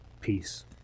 Peace